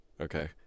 okay